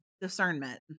discernment